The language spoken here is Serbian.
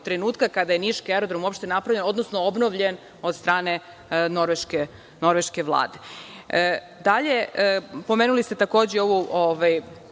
trenutka kada je niški aerodrom uopšte napravljen, odnosno obnovljen od strane norveške vlade. Dalje, pomenuli ste takođe ovu,